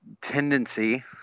tendency